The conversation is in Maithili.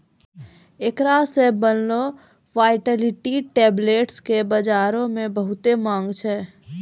एकरा से बनलो वायटाइलिटी टैबलेट्स के बजारो मे बहुते माँग छै